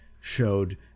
showed